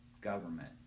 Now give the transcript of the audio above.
government